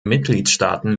mitgliedstaaten